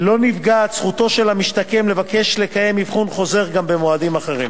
לא נפגעת זכותו של המשתקם לבקש לקיים אבחון חוזר גם במועדים אחרים.